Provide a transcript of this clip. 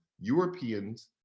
Europeans